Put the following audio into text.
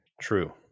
True